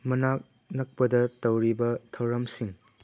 ꯃꯅꯥꯛ ꯅꯛꯄꯗ ꯇꯧꯔꯤꯕ ꯊꯧꯔꯝꯁꯤꯡ